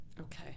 okay